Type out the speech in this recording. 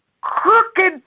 Crooked